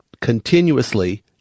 continuously